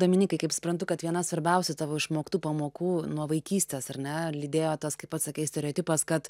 dominykai kaip suprantu kad viena svarbiausių tavo išmoktų pamokų nuo vaikystės ar ne lydėjo tas kaip pats sakai stereotipas kad